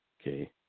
okay